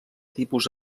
tipus